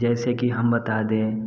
जैसे कि हम बता दें